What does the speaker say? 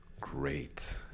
great